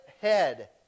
head